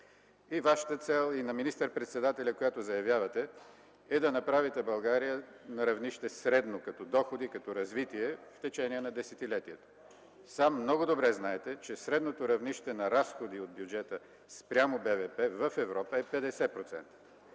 И Вашата цел, и на министър-председателя, която заявявате, е да направите България на средно равнище като доходи, като развитие, в течение на десетилетието. Сам много добре знаете, че средното равнище на разходи от бюджета спрямо БВП в Европа е 50%